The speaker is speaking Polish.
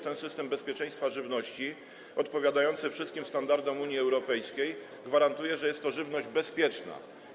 Ten system bezpieczeństwa żywności, który odpowiada wszystkim standardom Unii Europejskiej, gwarantuje również, że jest to żywność bezpieczna.